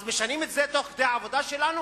אז משנים את זה תוך כדי עבודה שלנו?